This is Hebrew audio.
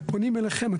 ופונים אליכם.